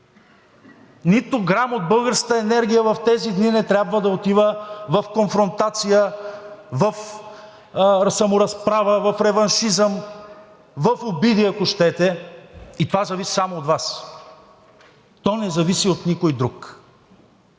Нито грам от българската енергия в тези дни не трябва да отива в конфронтация, в саморазправа, в реваншизъм, в обиди, ако щете, и това зависи само от Вас, то не зависи от никой друг.